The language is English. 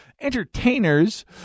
entertainers